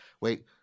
wait